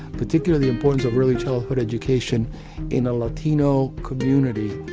particularly importance of early childhood education in a latino community,